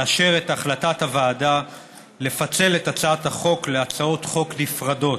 לאשר את החלטת הוועדה לפצל את הצעת החוק להצעות חוק נפרדות,